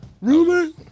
Rumor